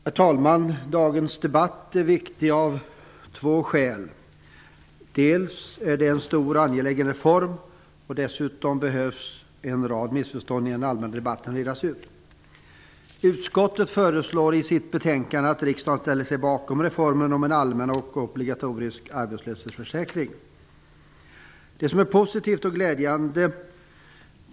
Herr talman! Dagens debatt är viktig av två skäl: Dels gäller det en stor och angelägen reform, dels behöver en rad missförstånd i den allmänna debatten redas ut. Utskottet föreslår i sitt betänkande att riksdagen skall ställa sig bakom den reform som skall ge en allmän och obligatorisk arbetslöshetsförsäkring. Detta är positivt och glädjande.